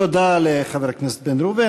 תודה לחבר הכנסת בן ראובן.